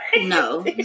No